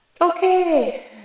Okay